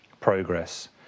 progress